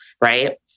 Right